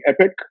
Epic